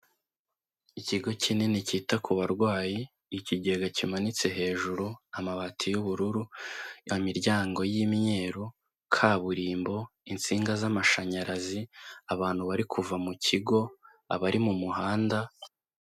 Ikigo kinini cyita ku barwayi, ikigega kimanitse hejuru, amabati y'ubururu, imiryango y'imyeru, kaburimbo, insinga z'amashanyarazi, abantu bari kuva mu kigo, abari mu muhanda.